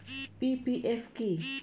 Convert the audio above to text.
PPF কি?